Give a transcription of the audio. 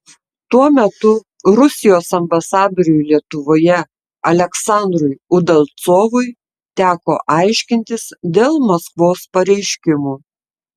tuo metu rusijos ambasadoriui lietuvoje aleksandrui udalcovui teko aiškintis dėl maskvos pareiškimų